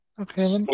Okay